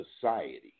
society